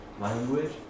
language